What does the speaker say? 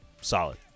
Solid